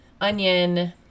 onion